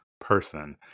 person